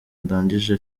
ndangije